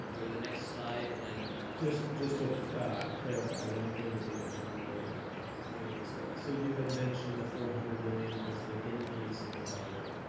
go to the next slide, and just just to clarify one thing that you mentioned. you made ah a mistake. so you had mentioned the four hundred million was the increase in the budget.